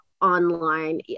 online